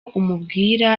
umubwire